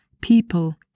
people